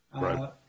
Right